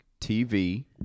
TV